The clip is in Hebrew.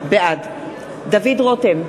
בעד דוד רותם,